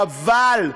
אבל,